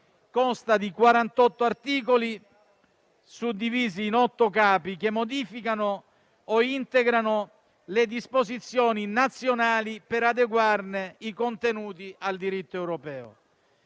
consta di 48 articoli, suddivisi in 8 capi, che modificano o integrano le disposizioni nazionali per adeguarne i contenuti al diritto europeo.